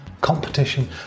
competition